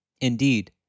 Indeed